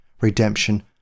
redemption